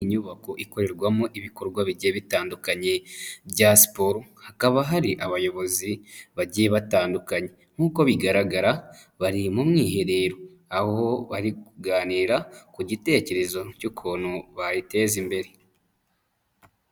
Iyi nyubako ikorerwamo ibikorwa bigiye bitandukanye bya siporo, hakaba hari abayobozi bagiye batandukanye. Nk'uko bigaragara bari mu mwiherero. Aho bari kuganira ku gitekerezo cy'ukuntu bayiteza imbere.